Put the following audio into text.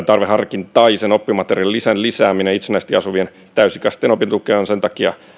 tarveharkintaisen oppimateriaalilisän lisääminen itsenäisesti asuvien täysi ikäisten opintotukeen on sen takia